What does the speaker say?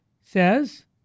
says